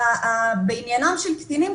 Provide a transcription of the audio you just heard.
בעניינם של קטינים,